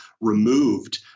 removed